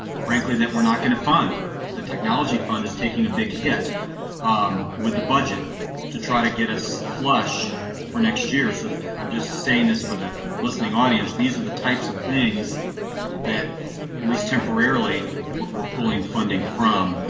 frankly, that we're not going to fund the technology fund is taking a big hit with the budget to try to get us flush for next year. so i'm just saying this for the listening audience. these are the types of things that at least temporarily were pulling funding from,